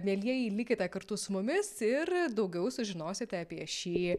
mielieji likite kartu su mumis ir daugiau sužinosite apie šį